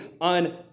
on